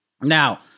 Now